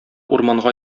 урманга